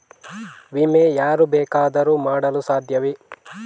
ವಿಮೆ ಯಾರು ಬೇಕಾದರೂ ಮಾಡಲು ಸಾಧ್ಯವೇ?